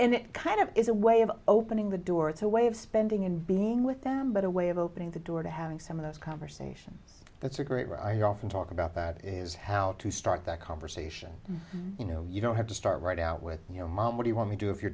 and it kind of is a way of opening the door it's a way of spending and being with them but a way of opening the door to having some of those conversations that's a great i often talk about that is how to start that conversation you know you don't have to start right out with your mom what you want to do if you're